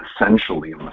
essentially